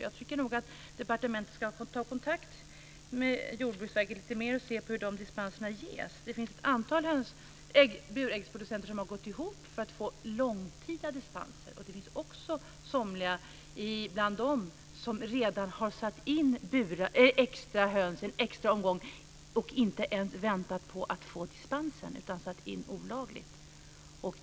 Jag tycker nog att departementet ska ta kontakt med Jordbruksverket och mera se på hur dispenserna ges. Det finns ett antal buräggsproducenter som har gått ihop för att få långtida dispenser. Somliga bland dem har redan satt in en extra omgång höns och inte ens väntat på att få dispens utan gjort det olagligt.